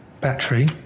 battery